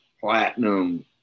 platinum